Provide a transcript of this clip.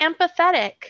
empathetic